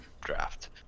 draft